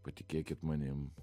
patikėkit manim